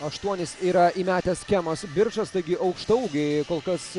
aštuonis yra įmetęs kemas birčas taigi aukštaūgiai kol kas